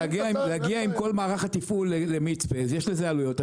להגיע עם כל מערך התפעול למצפה, יש לזה עלויות.